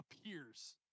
appears